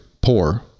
poor